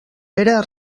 era